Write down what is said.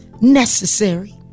necessary